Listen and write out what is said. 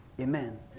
Amen